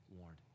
warned